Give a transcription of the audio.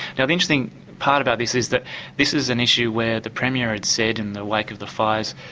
now the interesting part about this is that this is an issue where the premier had said in the wake of the fires,